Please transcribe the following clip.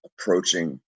approaching